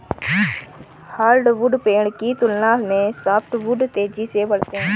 hardwood पेड़ की तुलना में सॉफ्टवुड तेजी से बढ़ते हैं